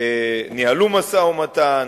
ניהלו משא-ומתן,